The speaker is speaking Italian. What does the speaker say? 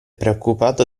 preoccupato